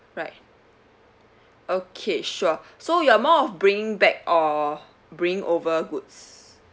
right okay sure so you're more of bringing back or bring over goods